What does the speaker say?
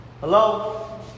hello